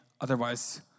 otherwise